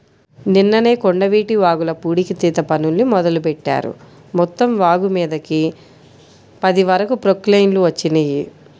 నిన్ననే కొండవీటి వాగుల పూడికతీత పనుల్ని మొదలుబెట్టారు, మొత్తం వాగుమీదకి పది వరకు ప్రొక్లైన్లు వచ్చినియ్యి